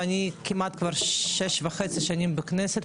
ואני כמעט כבר שש וחצי שנים בכנסת,